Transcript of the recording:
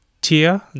tier